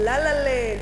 "לה-לה לנד",